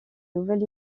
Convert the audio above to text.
nouvelle